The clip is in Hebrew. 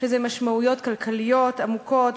יש לזה משמעויות כלכליות עמוקות,